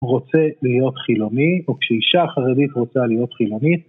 רוצה להיות חילוני, או כשאישה חרדית רוצה להיות חילונית.